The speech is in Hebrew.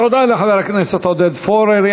לחבר הכנסת עודד פורר.